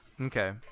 okay